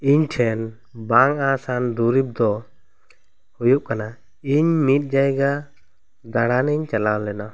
ᱤᱧ ᱴᱷᱮᱱ ᱵᱟᱝ ᱟᱥᱟᱱ ᱫᱩᱨᱤᱵᱽ ᱫᱚ ᱦᱩᱭᱩᱜ ᱠᱟᱱᱟ ᱤᱧ ᱢᱤᱫ ᱡᱟᱭᱜᱟ ᱫᱟᱬᱟᱱ ᱤᱧ ᱪᱟᱞᱟᱣ ᱞᱮᱱᱟ